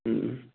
उम उम